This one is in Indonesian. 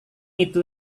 itu